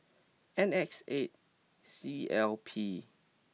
N X eight C L P